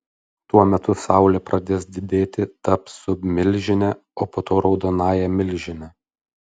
tuo metu saulė pradės didėti taps submilžine o po to raudonąja milžine